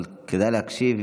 אבל כדאי להקשיב.